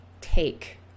take